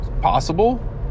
Possible